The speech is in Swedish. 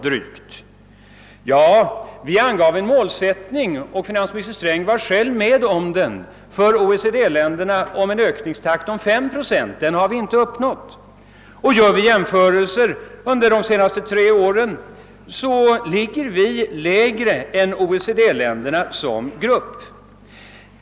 Det är riktigt, men det har såsom en målsättning för OECD-länderna, vilken finansministern själv varit med om att upprätta, angivits en ökningstakt på 5 procent per år. Den har Sverige inte uppnått. Gör vi jämförelser under de senaste tre åren finner vi, att vårt land ligger lägre än OECD-länderna betraktade som grupp.